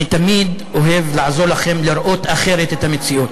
אני תמיד אוהב לעזור לכם לראות אחרת את המציאות.